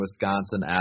Wisconsin